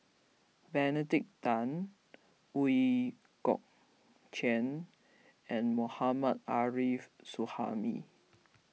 Benedict Tan Ooi Kok Chuen and Mohammad Arif Suhaimi